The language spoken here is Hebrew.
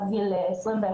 עד גיל 21,